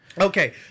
Okay